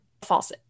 false